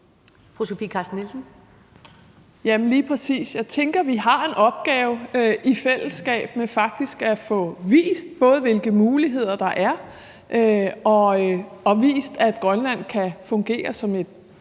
Jeg tænker, vi har en opgave i fællesskab med faktisk at få vist, både hvilke muligheder der er, og at Grønland kan fungere som en